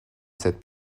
cette